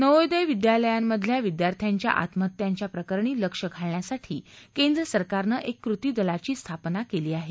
नवोदय विद्यालयांमधल्या विद्यार्थ्यांच्या आत्महत्यांच्या प्रकरणी लक्ष घालण्यासाठी केंद्रसरकारनं एका कृती दलाची स्थापना केली आहे